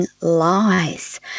lies